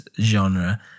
genre